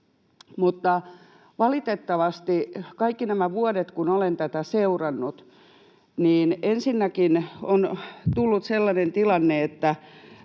mutta valitettavasti, kaikki nämä vuodet kun olen tätä seurannut, ensinnäkin on tullut sellainen tilanne,